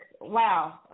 wow